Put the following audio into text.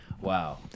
Wow